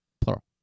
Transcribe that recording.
Plural